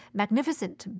magnificent